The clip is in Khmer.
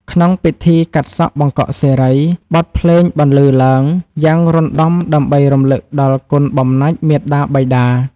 ក្នុងពិធីកាត់សក់បង្កក់សិរី បទភ្លេងបន្លឺឡើងយ៉ាងរណ្ដំដើម្បីរំលឹកដល់គុណបំណាច់មាតាបិតា។